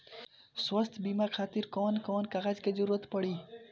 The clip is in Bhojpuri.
स्वास्थ्य बीमा खातिर कवन कवन कागज के जरुरत पड़ी?